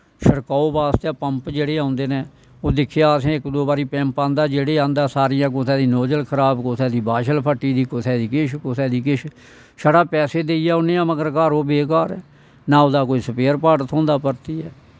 छड़काओ बास्तै पंप जेह्ड़े औंदे नै ओह् दिक्खेआ असें इक दो बारी पंप आंदे जेह्ड़े आंदा सारे खराब कुसै नी नोज़ल खराब कुसै दी बाशल फट्टी दी कुसै दी किश कुसै दी किश छड़ा पैसा देइयै औन्ने आं घर मगर ओह् बेकार ऐ ना ओह्दा कोई स्पेयर पार्ट थ्होंदा परतियै